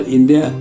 India